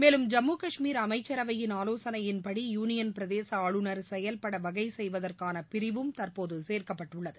மேலும் ஜம்மு கஷ்மீர் அமைச்சரவையின் ஆலோசனையின்படி யூனியன் பிரதேச ஆளுநர் செயல்பட வகை செய்வதற்கான பிரிவும் தற்போது சேர்க்கப்பட்டுள்ளது